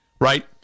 right